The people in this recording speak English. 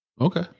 okay